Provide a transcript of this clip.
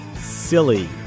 silly